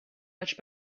much